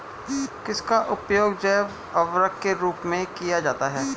किसका उपयोग जैव उर्वरक के रूप में किया जाता है?